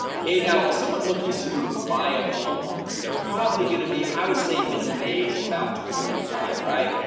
okay, now someone looking to buy a home they're probably going to be i would say minimum age is about twenty five right,